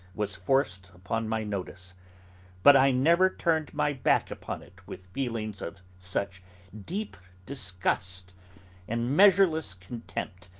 was forced upon my notice but i never turned my back upon it with feelings of such deep disgust and measureless contempt,